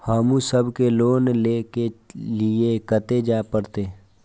हमू सब के लोन ले के लीऐ कते जा परतें?